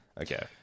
Okay